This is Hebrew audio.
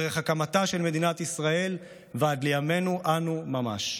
דרך הקמתה של מדינת ישראל ועד לימינו אנו ממש.